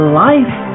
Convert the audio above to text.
life